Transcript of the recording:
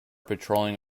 patrolling